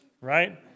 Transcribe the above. right